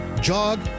jog